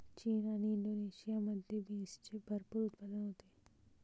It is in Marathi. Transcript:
चीन आणि इंडोनेशियामध्ये बीन्सचे भरपूर उत्पादन होते